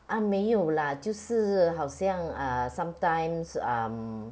ah 没有 lah 就是好像 ah sometimes um